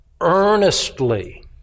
earnestly